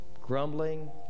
grumbling